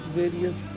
various